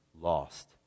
lost